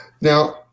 Now